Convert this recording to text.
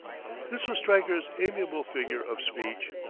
this was stryker's amiable figure of speech,